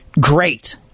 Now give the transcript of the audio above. great